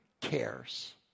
cares